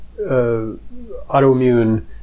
autoimmune